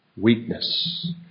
weakness